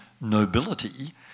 nobility